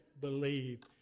believed